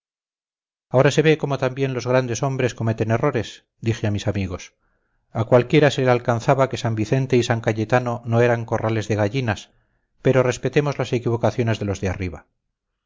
ahora se ve cómo también los grandes hombres cometen errores dije a mis amigos a cualquiera se le alcanzaba que san vicente y san cayetano no eran corrales de gallinas pero respetemos las equivocaciones de los de arriba